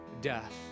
death